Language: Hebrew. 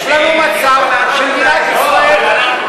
יש לנו מצב שמדינת ישראל,